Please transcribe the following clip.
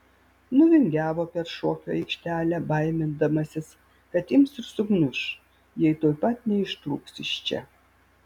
nuvingiavo per šokių aikštelę baimindamasis kad ims ir sugniuš jei tuoj pat neištrūks iš čia